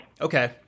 Okay